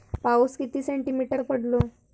पाऊस किती सेंटीमीटर पडलो?